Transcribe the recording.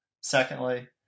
Secondly